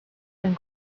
and